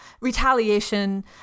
Retaliation